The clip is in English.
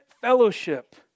fellowship